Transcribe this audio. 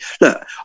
Look